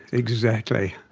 exactly.